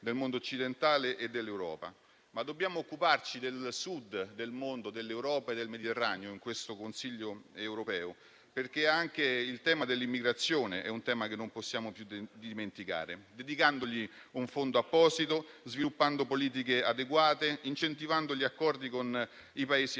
del mondo occidentale e dell'Europa. Ma dobbiamo occuparci del Sud del mondo, dell'Europa e del Mediterraneo in questo Consiglio europeo, perché anche il tema dell'immigrazione è un tema che non possiamo più dimenticare, dedicandogli un fondo apposito, sviluppando politiche adeguate, incentivando gli accordi con i Paesi africani.